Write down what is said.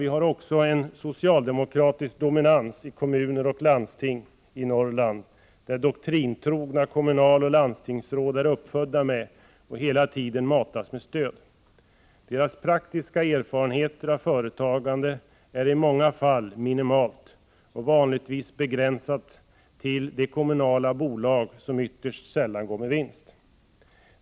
Vi har också en socialdemokratisk dominas i kommuner och landsting i Norrland, där doktrintrogna kommunaloch landstingsråd är uppfödda med och hela tiden matas med stöd. Deras praktiska erfarenheter av företagande är i många fall minimala och vanligtvis begränsade till de kommunala bolag som ytterst sällan går med vinst.